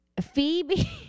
Phoebe